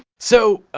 so,